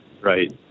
Right